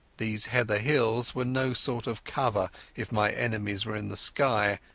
these heather hills were no sort of cover if my enemies were in the sky,